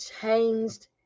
changed